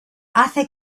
hace